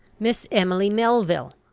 miss emily melville,